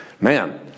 Man